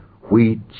wheat